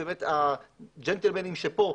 והג'נטלמנים שפה,